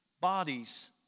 bodies